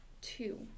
two